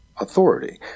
authority